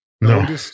No